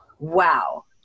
Wow